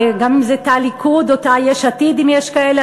גם אם זה תא ליכוד או תא יש עתיד אם יש כאלה,